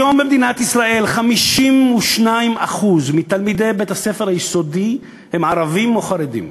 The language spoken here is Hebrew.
היום במדינת ישראל 52% מתלמידי בית-הספר היסודי הם ערבים או חרדים.